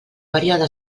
període